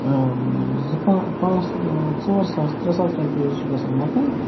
زٕ پا پانٛژھ ژور ساس ترٛےٚ ساس رۄپیہِ حظ چھِ گژھان مکان